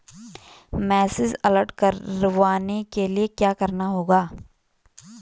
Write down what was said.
Message alert करवाने के लिए क्या करना होगा?